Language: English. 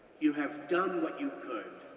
you have done what you could.